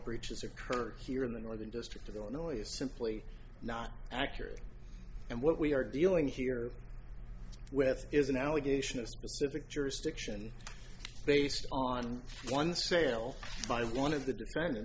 breaches occurred here in the northern district of illinois is simply not accurate and what we are dealing here with is an allegation of specific jurisdiction based on one sale by one of the